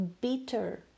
bitter